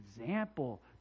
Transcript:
example